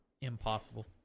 Impossible